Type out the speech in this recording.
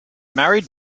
married